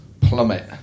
plummet